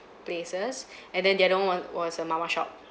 places and then the other one was was a mamak shop